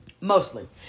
Mostly